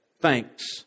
thanks